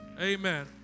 Amen